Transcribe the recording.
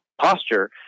posture